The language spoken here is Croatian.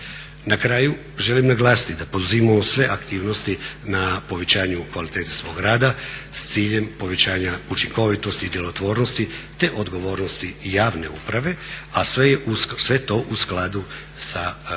Na kraju želim naglasiti da poduzimamo sve aktivnosti na povećanju kvalitete svoga rada s ciljem povećanja učinkovitosti i djelotvornost te odgovornosti javne uprave a sve to u skladu sa